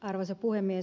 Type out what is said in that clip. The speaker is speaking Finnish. arvoisa puhemies